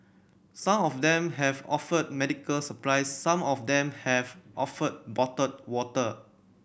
some of them have offered medical supplies some of them have offered bottled water